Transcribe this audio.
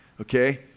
Okay